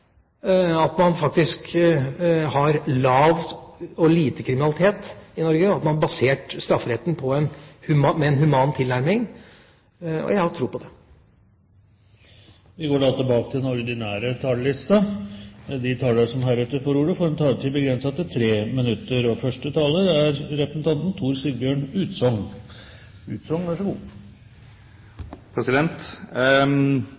at man har lite kriminalitet i Norge at man har basert strafferetten på en human tilnærming. Jeg har tro på det. Replikkordskiftet er omme. De talere som heretter får ordet, har en taletid på inntil 3 minutter. Fremskrittspartiet har lansert dette forslaget i sympati med de barn og